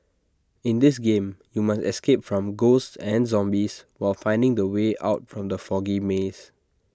in this game you must escape from ghosts and zombies while finding the way out from the foggy maze